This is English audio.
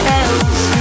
else